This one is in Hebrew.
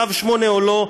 צו 8 או לא,